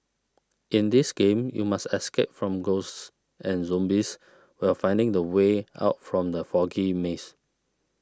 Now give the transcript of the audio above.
in this game you must escape from ghosts and zombies while finding the way out from the foggy maze